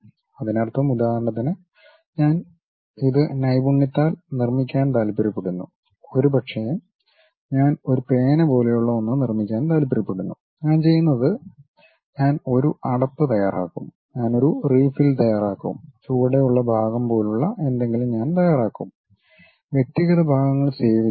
അതിനർത്ഥം ഉദാഹരണത്തിന് ഞാൻ ഇത് നൈപുണ്യത്താൽ നിർമ്മിക്കാൻ താൽപ്പര്യപ്പെടുന്നു ഒരുപക്ഷേ ഞാൻ ഒരു പേന പോലെയുള്ള ഒന്ന് നിർമ്മിക്കാൻ താൽപ്പര്യപ്പെടുന്നു ഞാൻ ചെയ്യുന്നത് ഞാൻ ഒരു അടപ്പ് തയ്യാറാക്കും ഞാൻ ഒരു റീഫിൽ തയ്യാറാക്കും ചുവടെയുള്ള ഭാഗം പോലുള്ള എന്തെങ്കിലും ഞാൻ തയ്യാറാക്കും വ്യക്തിഗത ഭാഗങ്ങൾ സേവ് ചെയും